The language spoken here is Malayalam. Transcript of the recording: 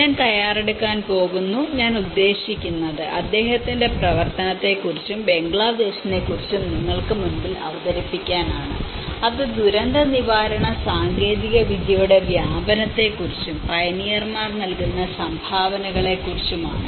ഞാൻ തയ്യാറെടുക്കാൻ പോകുന്നു ഞാൻ ഉദ്ദേശിക്കുന്നത് അദ്ദേഹത്തിന്റെ പ്രവർത്തനത്തെക്കുറിച്ചും ബംഗ്ലാദേശിനെക്കുറിച്ചും നിങ്ങൾക്ക് മുമ്പിൽ അവതരിപ്പിക്കാനാണ് അത് ദുരന്ത നിവാരണ സാങ്കേതികവിദ്യയുടെ വ്യാപനത്തെക്കുറിച്ചും പയനിയർമാർ നൽകുന്ന സംഭാവനകളെക്കുറിച്ചും ആണ്